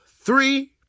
three